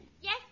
Yes